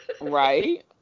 right